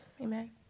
Amen